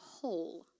whole